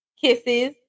kisses